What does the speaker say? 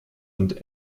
und